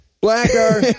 blacker